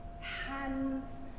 hands